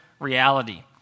reality